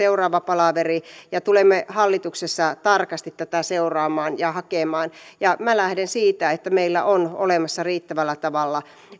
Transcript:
huomenna seuraava palaveri ja tulemme hallituksessa tarkasti tätä seuraamaan ja näitä hakemaan ja minä lähden siitä että meillä on olemassa riittävällä tavalla